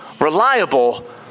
reliable